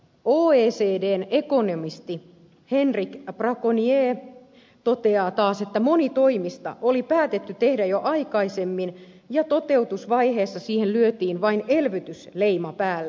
oecdn ekonomisti henrik braconier toteaa taas että moni toimista oli päätetty tehdä jo aikaisemmin ja toteutusvaiheessa siihen lyötiin vain elvytysleima päälle